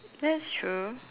that's true